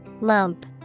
lump